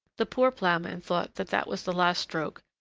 the poor ploughman thought that that was the last stroke,